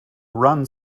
run